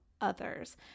others